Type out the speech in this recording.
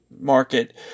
market